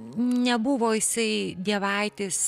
nebuvo jisai dievaitis